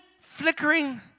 flickering